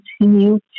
continue